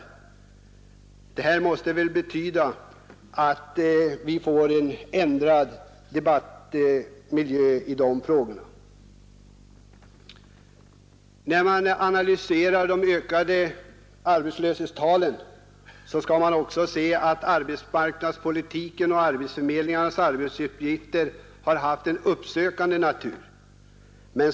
Det måste betyda att vi får en ändrad debattmiljö i dessa frågor. När man analyserar de ökade arbetslöshetstalen, skall man också beakta att arbetsmarknadspolitiken inneburit att arbetsförmedlingarnas arbetsuppgifter även varit av uppsökande natur.